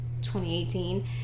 2018